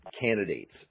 candidates